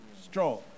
strong